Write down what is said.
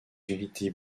unités